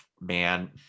man